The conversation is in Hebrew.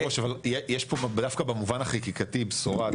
הראש יש פה דווקא במובן החוקקתי בשורה,